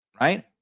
right